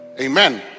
Amen